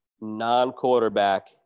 non-quarterback